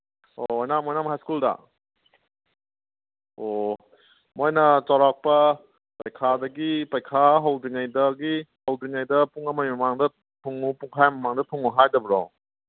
ꯑꯣ ꯑꯣꯏꯅꯥꯝ ꯑꯣꯏꯅꯥꯝ ꯍꯥꯏ ꯁ꯭ꯀꯨꯜꯗ ꯑꯣ ꯃꯣꯏꯅ ꯆꯧꯔꯥꯛꯄ ꯄꯩꯈꯥꯗꯒꯤ ꯄꯩꯈꯥ ꯍꯧꯗ꯭ꯔꯤꯉꯩꯗꯒꯤ ꯇꯧꯗ꯭ꯔꯤꯉꯩꯗ ꯄꯨꯡ ꯑꯃꯒꯤ ꯃꯃꯥꯡꯗ ꯊꯨꯡꯉꯨ ꯄꯨꯡꯈꯥꯏ ꯑꯃ ꯃꯃꯥꯡꯗ ꯊꯨꯡꯉꯨ ꯍꯥꯏꯗꯕ꯭ꯔꯣ